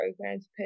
programs